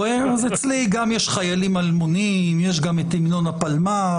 אצלי יש גם "חיילים אלמונים" ויש גם את המנון הפלמ"ח